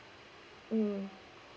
mm